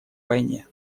войне